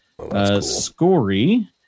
Scory